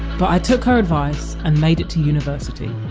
but i took her advice, and made it to university